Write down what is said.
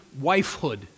wifehood